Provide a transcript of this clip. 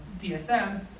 DSM